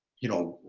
you know,